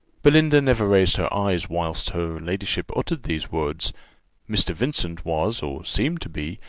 belinda never raised her eyes whilst her ladyship uttered these words mr. vincent was, or seemed to be,